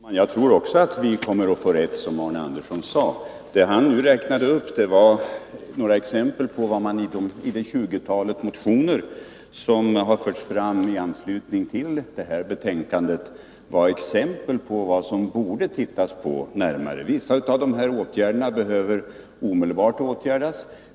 Herr talman! Jag tror också att vi kommer att få rätt, som Arne Andersson i Ljung sade. Vad han nu räknade upp var några exempel på vad man i det tjugotal motioner som behandlas i anslutning till detta betänkande anser att vi borde titta på närmare. Vissa av dessa åtgärder behöver omedelbart vidtas.